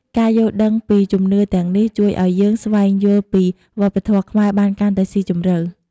ការយល់ដឹងពីជំនឿទាំងនេះ ជួយឱ្យយើងស្វែងយល់ពីវប្បធម៌ខ្មែរបានកាន់តែស៊ីជម្រៅ។